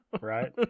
Right